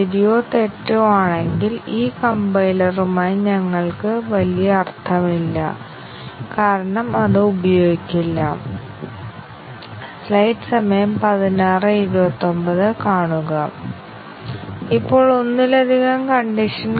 അതിനാൽ ഒരേ പ്രോഗ്രാമിനായി ഇവിടെ ശാഖകളുടെ തീരുമാനങ്ങൾ ഞങ്ങൾക്ക് ആവശ്യമാണ് അതേസമയം സത്യവും തെറ്റും ആണോ എന്ന് പരിശോധിക്കുകയാണെങ്കിൽ ഇവിടെ അവസ്ഥ സത്യവും തെറ്റും ആണ്